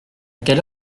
quelle